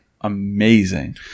amazing